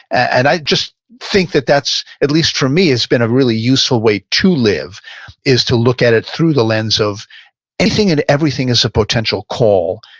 and i just think that that's, at least for me, it's been a really useful way to live is to look at it through the lens of anything and everything is a potential call,